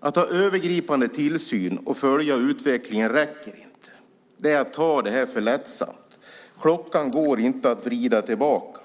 Att ha övergripande tillsyn och följa utvecklingen räcker inte. Det är att ta detta för lättsamt. Klockan går inte att vrida tillbaka.